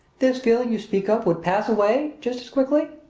this feeling you speak of would pass away just as quickly.